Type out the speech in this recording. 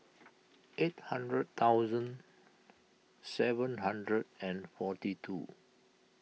eight hundred thousand seven hundred and forty two